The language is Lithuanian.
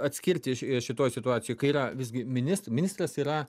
atskirti šitoj situacijoj kai yra visgi minis ministras yra